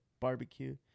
barbecue